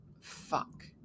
fuck